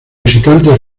visitantes